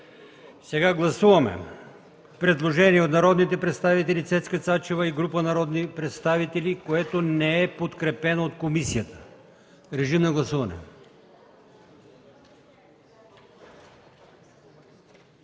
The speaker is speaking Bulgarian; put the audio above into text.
чл. 333 има предложение от народния представител Цецка Цачева и група народни представители, което не е подкрепено от комисията. Моля, гласувайте.